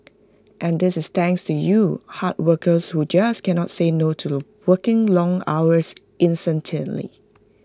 and this is thanks to you hard workers who just cannot say no to working long hours incessantly